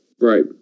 Right